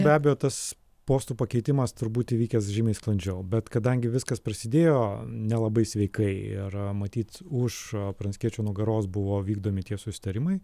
be abejo tas postų pakeitimas turbūt įvykęs žymiai sklandžiau bet kadangi viskas prasidėjo nelabai sveikai ir matyt už pranckiečio nugaros buvo vykdomi tie susitarimai